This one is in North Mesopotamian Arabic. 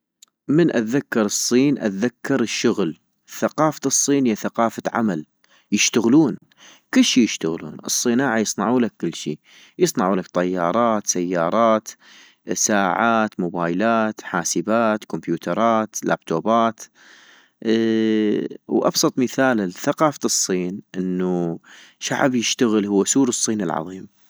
من اتذكر الصين اتذكر الشغل، ثقافة الصين هي ثقافة عمل، يشتغون، كشي يشتغلون - الصناعة يصنعولك كل شيء يصنعولك طيارات سيارات ساعات موبايلات حاسبات كومبيوترات لابتوبات أاا ، وابسط مثال لثقافة الصين انو شعب يشتغل هو سور الصين العظيم